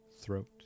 throat